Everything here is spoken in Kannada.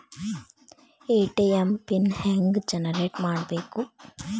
ಎ.ಟಿ.ಎಂ ಪಿನ್ ಹೆಂಗ್ ಜನರೇಟ್ ಮಾಡಬೇಕು?